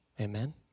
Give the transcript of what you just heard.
Amen